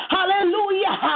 Hallelujah